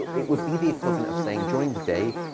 it would be the equivalent of saying, during the day,